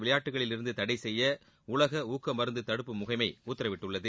விளையாட்டுகளில் இருந்து தடை செய்ய உலக ஊக்க மருந்து தடுப்பு முகமை உத்தரவிட்டுள்ளது